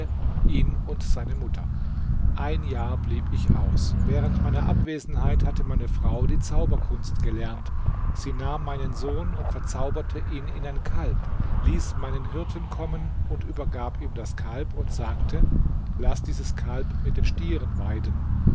ihn und seine mutter ein jahr blieb ich aus während meiner abwesenheit hatte meine frau die zauberkunst gelernt sie nahm meinen sohn und verzauberte ihn in ein kalb ließ meinen hirten kommen und übergab ihm das kalb und sagte laß dieses kalb mit den stieren weiden